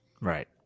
Right